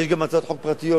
ויש גם הצעות חוק פרטיות,